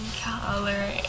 color